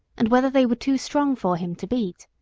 and whether they were too strong for him to beat.